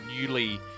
newly